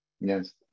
Yes